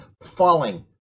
falling